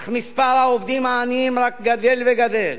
אך מספר העובדים העניים רק גדל וגדל.